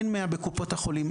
אין 100 בקופות החולים.